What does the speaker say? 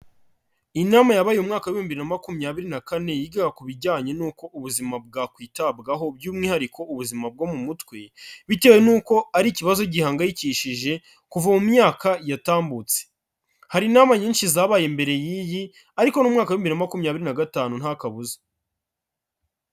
Inama yabaye umwaka w'ibihumbi bibiri na makumyabiri na kane yiga ku bijyanye n'uko ubuzima bwakwitabwaho by'umwihariko ubuzima bwo mu mutwe, bitewe n'uko ari ikibazo gihangayikishije kuva mu myaka yatambutse, hari intamba nyinshi zabaye mbere y'iyi ariko ni umwaka w'ibihumbi bibiri na makumyabiri na gatanu ntakabuza.